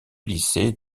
lycée